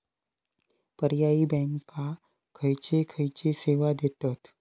पर्यायी बँका खयचे खयचे सेवा देतत?